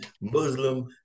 Muslim